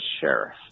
sheriff